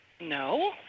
No